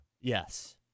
Yes